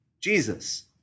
Jesus